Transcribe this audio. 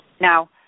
Now